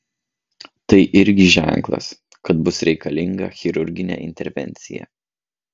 tai irgi ženklas kad bus reikalinga chirurginė intervencija